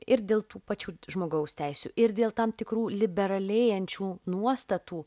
ir dėl tų pačių žmogaus teisių ir dėl tam tikrų liberalėjančių nuostatų